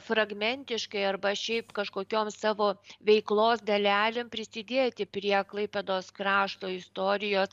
fragmentiškai arba šiaip kažkokioms savo veiklos dalelėm prisidėti prie klaipėdos krašto istorijos